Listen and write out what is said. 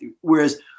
whereas